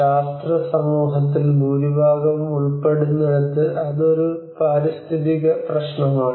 ശാസ്ത്ര സമൂഹത്തിൽ ഭൂരിഭാഗവും ഉൾപ്പെടുന്നിടത്ത് അത് ഒരു പാരിസ്ഥിതിക പ്രശ്നമാണ്